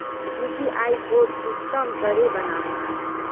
UPI code कुंसम करे बनाम?